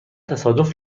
تصادف